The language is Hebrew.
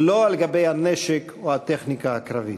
לא על גבי הנשק או הטכניקה הקרבית".